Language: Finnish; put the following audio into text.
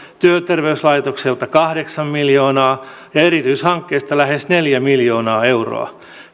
työterveyslaitokselta kahdeksan miljoonaa ja erityishankkeista lähes neljä miljoonaa euroa